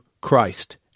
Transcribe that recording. Christ